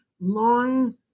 long